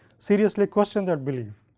seriously questioned that belief.